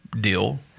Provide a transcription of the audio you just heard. deal